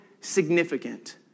significant